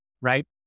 right